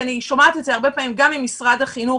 כי אני שומעת את זה הרבה פעמים גם ממשרד החינוך,